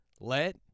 Let